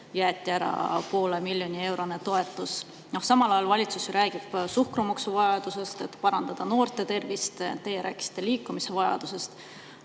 jäeti ära poole miljoni eurone toetus. Samal ajal räägib valitsus suhkrumaksu vajadusest, et parandada noorte tervist, teie rääkisite liikumisvajadusest.